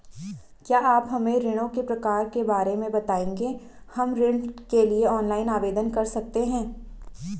क्या आप हमें ऋणों के प्रकार के बारे में बताएँगे हम ऋण के लिए ऑनलाइन आवेदन कर सकते हैं?